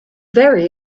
very